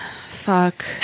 Fuck